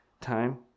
time